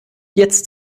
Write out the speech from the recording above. jetzt